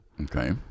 Okay